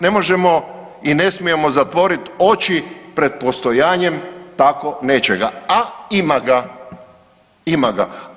Ne možemo i ne smijemo zatvorit oči pred postojanjem tako nečega, a ima ga, ima ga.